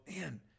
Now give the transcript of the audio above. man